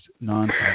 nonsense